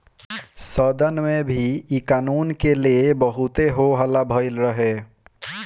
सदन में भी इ कानून के ले बहुते हो हल्ला भईल रहे